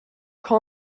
call